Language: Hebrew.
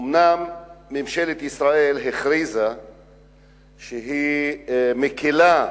אומנם ממשלת ישראל הכריזה שהיא "מקלה"